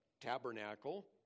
tabernacle